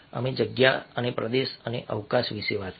અમે જગ્યા અને પ્રદેશ અને અવકાશ વિશે વાત કરી